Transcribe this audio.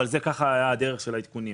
וזאת הייתה דרך העדכונים.